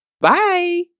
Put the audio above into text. Bye